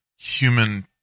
human